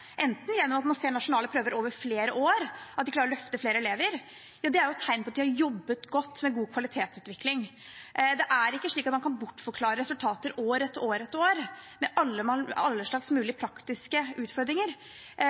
gjennom at man på nasjonale prøver over flere år ser at de klarer å løfte flere elever, er det et tegn på at de har jobbet godt med god kvalitetsutvikling. Det er ikke slik at man kan bortforklare resultater år etter år med alle